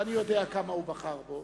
ואני יודע כמה הוא בחר בו,